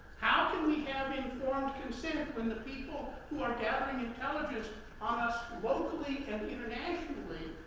how can we have informed consent when the people who are gathering intelligence on us, locally and internationally,